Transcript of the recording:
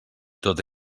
tota